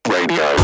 Radio